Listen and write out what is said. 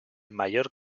mayor